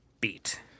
Beat